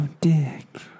dick